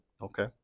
Okay